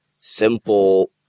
simple